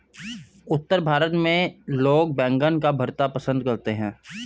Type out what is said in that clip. उत्तर भारत में लोग बैंगन का भरता पंसद करते हैं